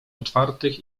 otwartych